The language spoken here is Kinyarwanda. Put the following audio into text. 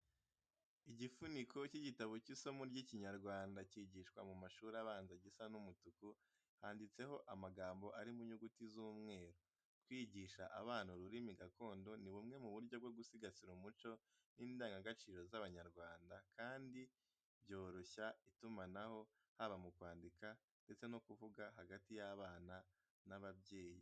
Igifuniko cy'igitabo cy'isomo ry'ikinyarwanda kigishwa mu mashuri abanza gisa n'umutuku, handitseho amagambo ari mu nyuguti z'umweru. Kwigisha abana ururimi gakondo ni bumwe mu buryo bwo gusigasira umuco n'indangagaciro z'abanyarwanda kandi byoroshya itumanaho, haba mu kwandika ndetse no kuvuga hagati y'abana n'ababyeyi.